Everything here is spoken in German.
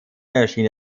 erschien